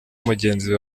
mugenzi